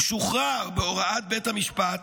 הוא שוחרר בהוראת בית המשפט,